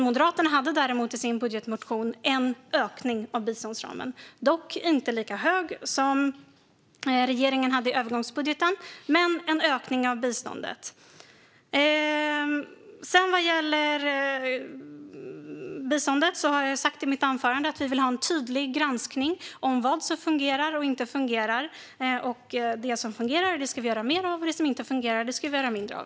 Moderaterna hade trots detta i sin budgetmotion en ökning av biståndsramen, dock inte lika hög som den regeringen hade i övergångsbudgeten. Vad gäller biståndet sa jag i mitt anförande att vi vill ha en tydlig granskning av vad som fungerar och inte fungerar. Det som fungerar ska vi göra mer av, och det som inte fungerar ska vi göra mindre av.